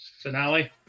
Finale